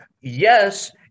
yes